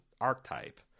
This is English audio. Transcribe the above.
archetype